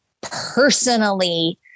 personally